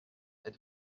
êtes